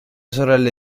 sorelle